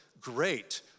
great